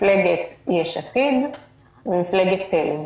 מפלגת יש עתיד ומפלגת תל"ם.